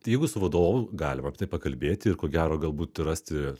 jeigu su vadovu galima apie tai pakalbėti ir ko gero galbūt rasti